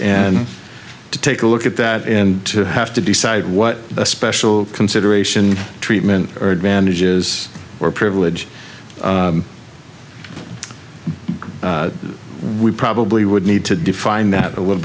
and to take a look at that and have to decide what special consideration treatment or advantages or privilege we probably would need to define that a little